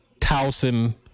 Towson